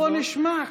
בוא נשמע,